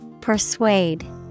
Persuade